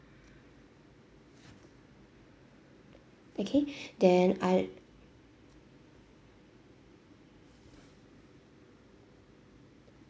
okay then I